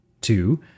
Two